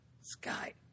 sky